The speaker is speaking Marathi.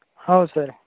हो सर